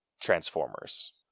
Transformers